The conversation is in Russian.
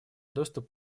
доступ